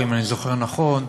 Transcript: אם יהיו פה,